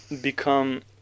become